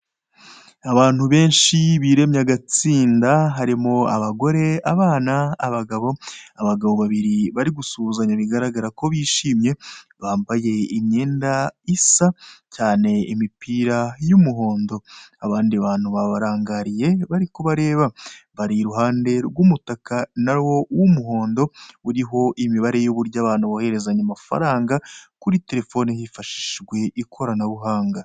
Abantu benshi biremye agatsinda, harimo abagore, abana, abagabo. Abagabo babiri bari gusuhuzanya bigaragara ko bishimye, bambaye imyenda isa cyane imipira y'umuhondo, abandi bantu babarangariye bari kubareba, bari iruhande rw'umutaka nawo w'umuhondo uriho imibare y'uburyo abantu bohererezanya amafaranga kuri telefone hifashishijwe ikoranabuhanga.